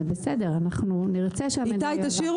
זה בסדר, נרצה שהמידע יועבר.